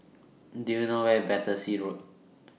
Do YOU know Where IS Battersea Road